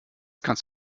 kannst